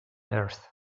earth